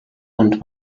und